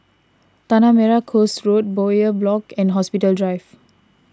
Tanah Merah Coast Road Bowyer Block and Hospital Drive